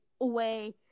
away